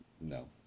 No